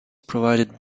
provided